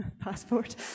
passport